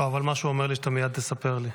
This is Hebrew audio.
לא, אבל משהו אומר לי שאתה מייד תספר לי.